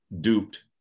duped